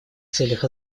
целях